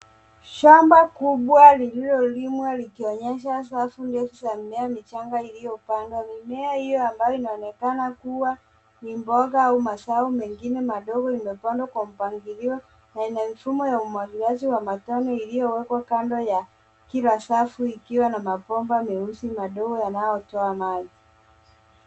Shamba kubwa lililolimwa likionyesha safu ndefu za mimea michanga iliyopandwa. Mimea hiyo ambayo inaonekana kuwa ni mboga au mazao mengine madogo imepandwa kwa mpangilio na ina mifumo ya umwagiliaji wa matone iliyowekwa kando ya kila safu ikiwa na mabomba meusi madogo yanayotoa maji.